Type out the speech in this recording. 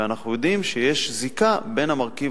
ואנחנו יודעים שיש זיקה בין המרכיב